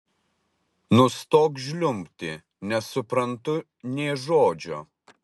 nustok žliumbti nesuprantu nė žodžio